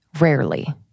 rarely